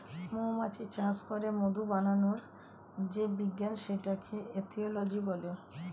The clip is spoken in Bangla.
মৌমাছি চাষ করে মধু বানানোর যে বিজ্ঞান সেটাকে এটিওলজি বলে